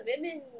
women